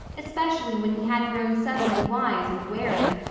especially when he had grown suddenly wise and wary,